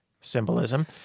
Symbolism